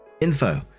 Info